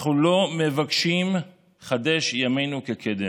אנחנו לא מבקשים "חדש ימינו כקדם",